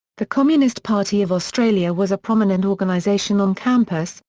the communist party of australia was a prominent organisation on campus,